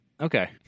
Okay